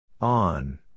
On